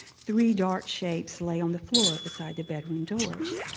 three dark shapes lay on the floor beside the bedroom doors.